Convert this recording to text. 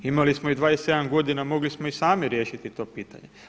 Imali smo 27 godina mogli smo i sami riješiti to pitanje.